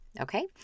Okay